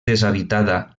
deshabitada